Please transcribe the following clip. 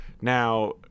now